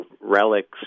relics